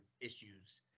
issues